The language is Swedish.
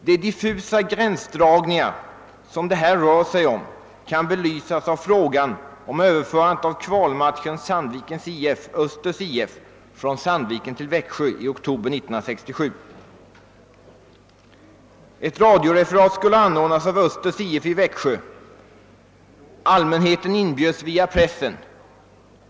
De diffusa gränsdragningar som det här rör sig om kan belysas av frågan om Ööverförandet av kvalmatchen mellan Sandvikens IF och Östers IF från Sandviken till Växjö i oktober 1967. Ett radioreferat skulle anordnas av Östers IF i Växjö. Allmänheten inbjöds via pressen.